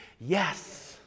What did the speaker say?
yes